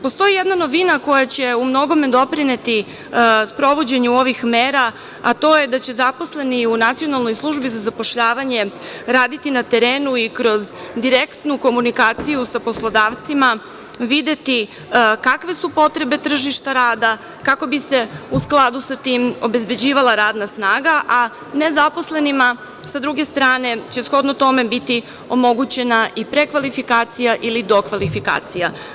Postoji jedna novina koja će u mnogome doprineti sprovođenju ovih mera, a to je da će zaposleni u Nacionalnoj službi za zapošljavanje, raditi na terenu i kroz direktnu komunikaciju sa poslodavcima, videti kakve su potrebe tržišta rada, kako bi se u skladu sa tim obezbeđivala radna snaga, a nezaposlenima sa druge strane će shodno tome biti omogućena prekvalifikacija ili dokvalifikacija.